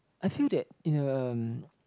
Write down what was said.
I feel that in a